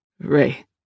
Ray